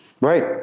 Right